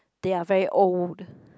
they are very old